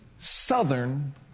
southern